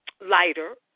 lighter